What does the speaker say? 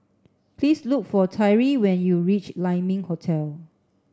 please look for Tyree when you reach Lai Ming Hotel